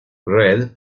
red